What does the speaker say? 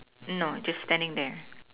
no just standing there